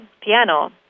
piano